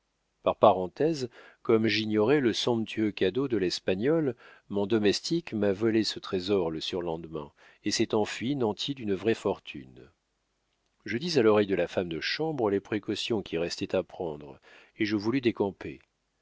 par parenthèse comme j'ignorais le somptueux cadeau de l'espagnol mon domestique m'a volé ce trésor le surlendemain et s'est enfui nanti d'une vraie fortune je dis à l'oreille de la femme de chambre les précautions qui restaient à prendre et je voulus décamper